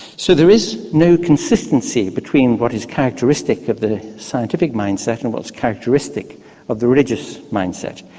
so there is no consistency between what is characteristic of the scientific mind-set and what is characteristic of the religious mind-set.